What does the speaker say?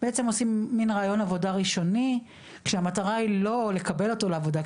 בעצם עושים מן ראיון עבודה ראשוני כשהמטרה היא לא לקבל אותו לעבודה,